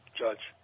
judge